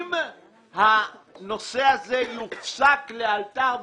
האם הנושא הזה יופסק לאלתר?